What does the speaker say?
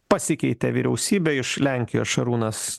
pasikeitė vyriausybė iš lenkijos šarūnas